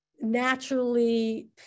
naturally